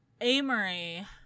Amory